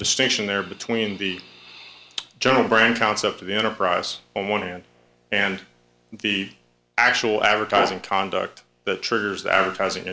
distinction there between the general brand concept of the enterprise on one hand and the actual advertising conduct that triggers advertising